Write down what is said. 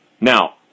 Now